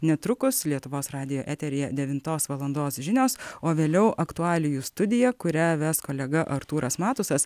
netrukus lietuvos radijo eteryje devintos valandos žinios o vėliau aktualijų studija kurią ves kolega artūras matusas